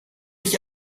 ich